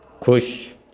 ਖੁਸ਼